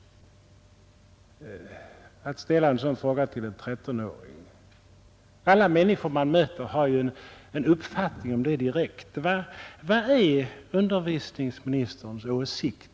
Alla människor man möter har direkt en uppfattning om en sådan fråga till en 13-åring. Vad är utbildningsministerns åsikt?